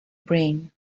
brain